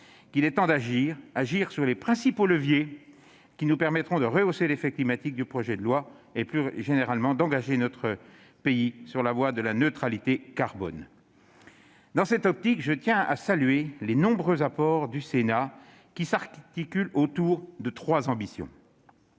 qu'il est temps d'agir sur les principaux leviers qui nous permettront de rehausser l'effet climatique du projet de loi et, plus généralement, d'engager notre pays sur la voie de la neutralité carbone. Dans cette optique, je tiens à saluer les nombreux apports du Sénat, qui s'articulent autour de trois ambitions.